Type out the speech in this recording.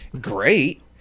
Great